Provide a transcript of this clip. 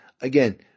again